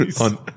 on